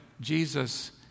Jesus